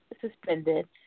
suspended